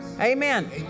Amen